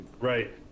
Right